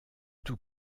tous